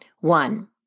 One